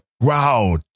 Wow